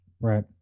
Right